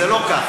זה לא כך,